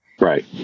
Right